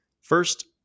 First